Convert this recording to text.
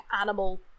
animal